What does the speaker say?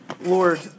Lord